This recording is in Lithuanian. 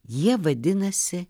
jie vadinasi